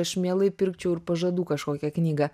aš mielai pirkčiau ir pažadų kažkokią knygą